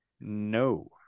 No